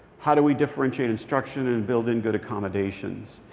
how do we differentiate instruction and build in good accommodations?